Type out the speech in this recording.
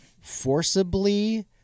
forcibly